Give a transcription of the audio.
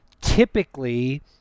typically